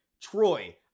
Troy